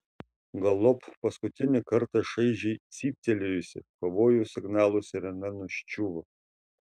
galop paskutinį kartą šaižiai cyptelėjusi pavojaus signalo sirena nuščiuvo